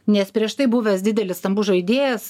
nes prieš tai buvęs didelis stambus žaidėjas